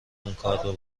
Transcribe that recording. اونکارو